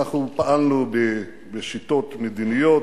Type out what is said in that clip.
פעלנו בשיטות מדיניות.